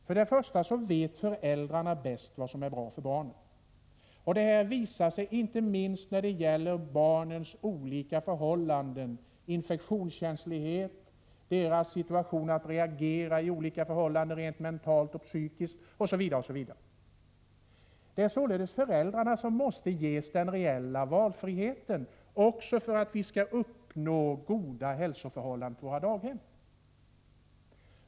Först och främst menar vi att det är föräldrarna som bäst vet vad som är bra för barnen. Det har visat sig att så är fallet när det gäller barnens infektionskänslighet, deras mentala reaktioner inför olika förhållanden osv. Det är således föräldrarna som måste ges den reella valfriheten om vi skall kunna uppnå goda hälsoförhållanden på våra daghem.